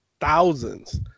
thousands